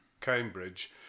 Cambridge